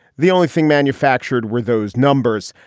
the only thing manufactured were those numbers.